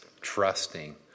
trusting